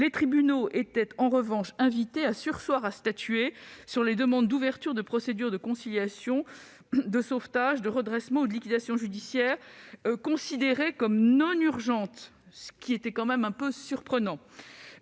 les tribunaux étaient en revanche invités à surseoir à statuer sur les demandes d'ouverture de procédures de conciliation, de sauvegarde, de redressement ou de liquidation judiciaire, considérées comme non urgentes- ce qui ne manquait pas de surprendre.